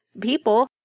people